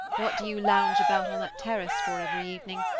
what do you lounge about on that terrace for every evening?